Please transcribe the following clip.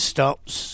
Stops